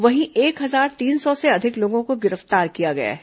वहीं एक हजार तीन सौ से अधिक लोगों को गिरफ्तार किया गया है